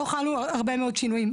לא חלו הרבה מאוד שינויים,